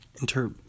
inter